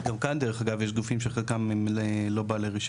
גם כאן דרך אגב יש גופים שחלקם הם לא בעלי רישיון.